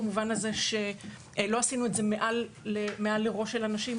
במובן הזה שלא עשינו את זה מעל לראש של אנשים,